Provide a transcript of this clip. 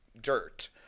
dirt